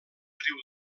riu